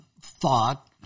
thought